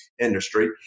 industry